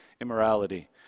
immorality